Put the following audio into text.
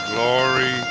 Glory